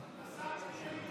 בסדר.